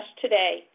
today